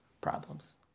problems